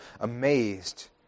amazed